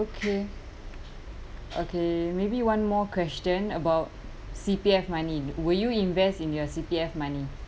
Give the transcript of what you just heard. okay okay maybe one more question about C_P_F money will you invest in your C_P_F money